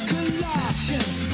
Colossians